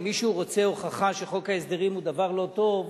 אם מישהו רוצה הוכחה שחוק ההסדרים הוא דבר לא טוב,